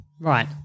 Right